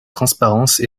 transparence